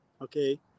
okay